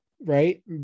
right